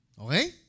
Okay